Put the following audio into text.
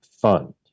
fund